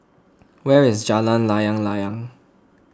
where is Jalan Layang Layang